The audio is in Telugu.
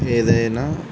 ఏదైనా